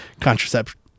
contraception